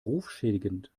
rufschädigend